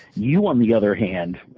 you, on the other hand,